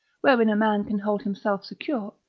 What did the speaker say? wherein a man can hold himself secure,